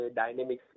dynamic